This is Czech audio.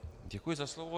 Děkuji za slovo.